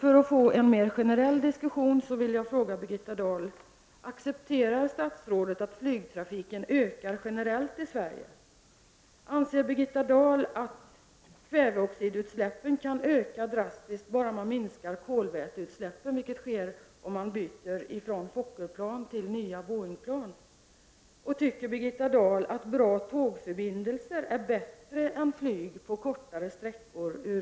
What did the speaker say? För att få en mer generell diskussion vill jag fråga Birgitta Dahl: Accepterar statsrådet att flygtrafiken ökar generellt i Sverige? Anser Birgitta Dahl att kväveoxidutsläppen kan öka drastiskt, bara man minskar kolväteutsläppen, vilket sker om man övergår från Fokkerplan till nya Boöing-plan? Tycker Birgitta Dahl att bra tågförbindelser ur miljösynpunkt är bättre än flyg på kortare sträckor?